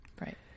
right